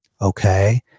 Okay